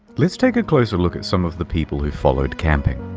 let's take a closer look at some of the people who followed camping.